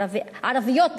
ערביות,